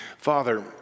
Father